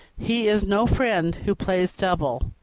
he is no friend who plays double.